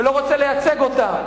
ולא רוצה לייצג אותה,